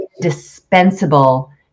indispensable